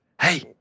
hey